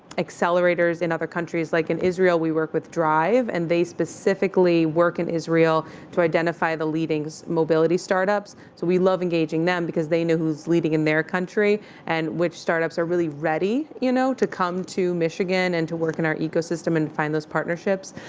accelerators in other countries. like in israel we work with drive. and they specifically work in israel to identify the leading mobility start-ups. so we love engaging them because they know who's lead leading int their country and which start-ups are really ready, you know, to come to michigan. and to work in our ecosystem and find those partnerships.